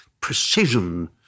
precision